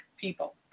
people